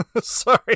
sorry